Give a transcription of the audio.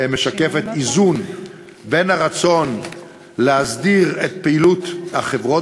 משקפת איזון בין הרצון להסדיר את פעילות החברות